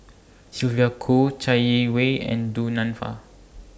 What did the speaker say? Sylvia Kho Chai Yee Wei and Du Nanfa